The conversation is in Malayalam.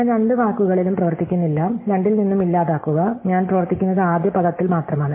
ഞാൻ രണ്ട് വാക്കുകളിലും പ്രവർത്തിക്കുന്നില്ല രണ്ടിൽ നിന്നും ഇല്ലാതാക്കുക ഞാൻ പ്രവർത്തിക്കുന്നത് ആദ്യ പദത്തിൽ മാത്രമാണ്